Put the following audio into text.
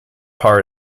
part